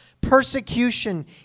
persecution